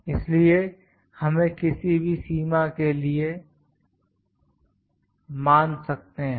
इसलिए हम इसे किसी भी सीमा के लिए मान सकते हैं